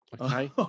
Okay